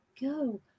go